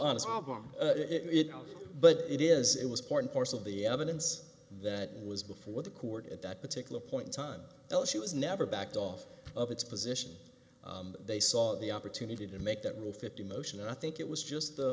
no but it is it was part and parcel of the evidence that was before the court at that particular point in time l she was never backed off of its position they saw the opportunity to make that rule fifty motion i think it was just